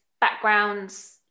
backgrounds